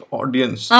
audience